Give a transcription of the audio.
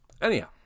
Anyhow